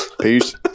Peace